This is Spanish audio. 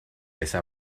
esa